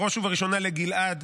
ובראש ובראשונה לגלעד,